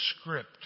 script